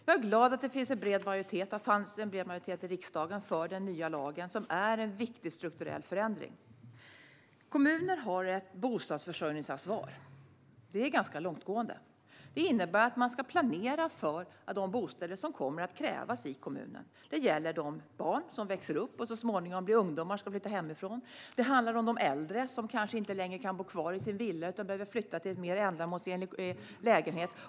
Jag är glad över att det fanns en bred majoritet i riksdagen för den nya lagen, som är en viktig strukturell förändring. Kommuner har ett bostadsförsörjningsansvar. Det är ganska långtgående. Det innebär att man ska planera för de bostäder som kommer att krävas i kommunen. Det gäller de barn som växer upp, som så småningom blir ungdomar och som sedan ska flytta hemifrån. Det handlar om de äldre som kanske inte längre kan bo kvar i sin villa utan behöver flytta till en mer ändamålsenlig lägenhet.